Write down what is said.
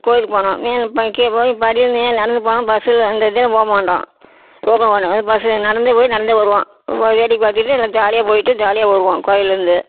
கோவிலுக்குப் போனால் மேலே ப கீழே போய் படியில் மேலே நடந்து போவோம் பஸ்ஸில் அந்த இதில் போகமாட்டோம் போக மாட்டோம் எதுக்கு பஸ்ஸு நடந்தே போய்விட்டு நடந்தே வருவோம் போய் ஏறி பார்த்துட்டு நல்லா ஜாலியாக போய்விட்டு ஜாலியாக வருவோம் கோவில்ல இருந்து